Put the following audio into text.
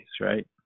right